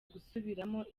gusubiramo